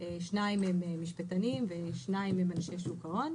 שניים מהם משפטנים ושניים הם אנשי שוק ההון.